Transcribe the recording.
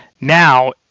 now